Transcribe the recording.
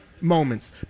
moments